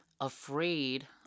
afraid